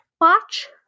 watch